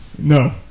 no